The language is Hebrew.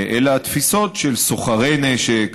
אלא תפיסות של סוחרי נשק,